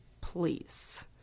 please